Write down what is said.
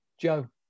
Joe